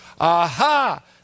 Aha